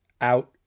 out